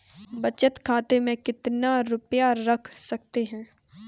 बचत खाते में कितना रुपया रख सकते हैं?